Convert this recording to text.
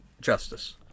justice